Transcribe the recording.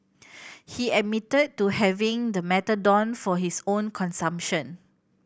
he admitted to having the methadone for his own consumption